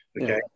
Okay